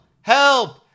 help